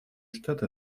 штаты